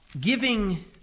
giving